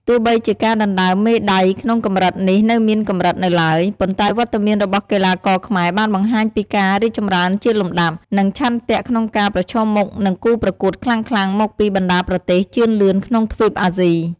ទោះបីជាការដណ្តើមមេដាយក្នុងកម្រិតនេះនៅមានកម្រិតនៅឡើយ ប៉ុន្តែវត្តមានរបស់កីឡាករខ្មែរបានបង្ហាញពីការរីកចម្រើនជាលំដាប់ និងឆន្ទៈក្នុងការប្រឈមមុខនឹងគូប្រកួតខ្លាំងៗមកពីបណ្តាប្រទេសជឿនលឿនក្នុងទ្វីបអាស៊ី ។